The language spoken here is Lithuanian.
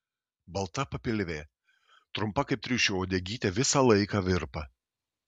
balta papilvė trumpa kaip triušio uodegytė visą laiką virpa